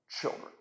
children